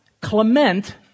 Clement